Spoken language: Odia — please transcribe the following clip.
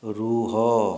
ରୁହ